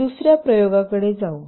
दुसर्या प्रयोगाकडे जाऊ